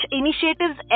initiatives